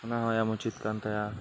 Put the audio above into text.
ᱚᱱᱟᱦᱚᱸ ᱮᱢ ᱩᱪᱤᱛ ᱠᱟᱱᱛᱟᱭᱟ